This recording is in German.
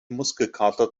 muskelkater